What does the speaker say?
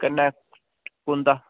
कन्नै कुंदा